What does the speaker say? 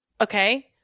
Okay